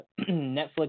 Netflix